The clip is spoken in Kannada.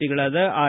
ಪಿಗಳಾದ ಆರ್